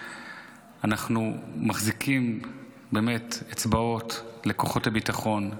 אנחנו מחזיקים באמת אצבעות לכוחות הביטחון,